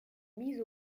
mise